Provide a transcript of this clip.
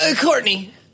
Courtney